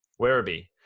Werribee